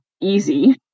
easy